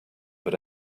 but